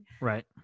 Right